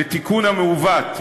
לתיקון המעוות,